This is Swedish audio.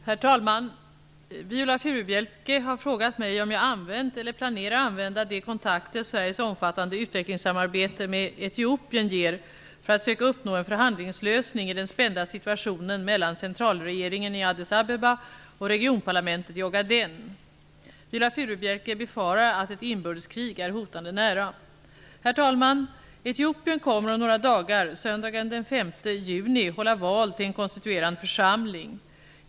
Herr talman! Viola Furubjelke har frågat mig om jag använt eller planerar att använda de kontakter Etiopien ger för att söka uppnå en förhandlingslösning i den spända situationen mellan centralregeringen i Addis Abeba och regionparlamentet i Ogaden. Viola Furubjelke befarar att ett inbördeskrig är hotande nära. Herr talman! Etiopien kommer om några dagar, söndagen den 5 juni, att hålla val till en konstituerande församling.